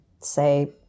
say